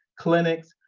clinics,